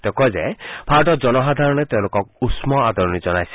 তেওঁ কয় যে ভাৰতৰ জনসাধাৰণে তেওঁলোকক উন্ম আদৰণি জনাইছিল